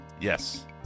Yes